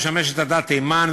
המשמש את עדת תימן,